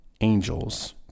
angels